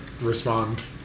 respond